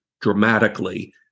dramatically